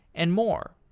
and more.